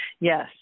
yes